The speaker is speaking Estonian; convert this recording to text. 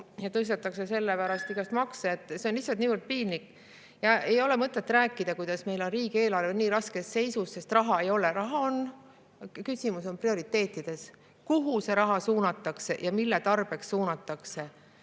tõstetakse selle pärast makse. See on lihtsalt niivõrd piinlik. Ei ole mõtet rääkida, et meil on riigieelarve nii raskes seisus, sest raha ei ole. Raha on. Küsimus on prioriteetides, kuhu see raha suunatakse, mille tarbeks suunatakse.